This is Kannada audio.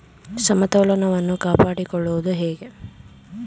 ಸಮತೋಲನವನ್ನು ಕಾಪಾಡಿಕೊಳ್ಳುವುದು ಹೇಗೆ?